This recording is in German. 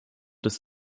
des